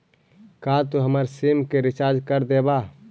का तू हमर सिम के रिचार्ज कर देबा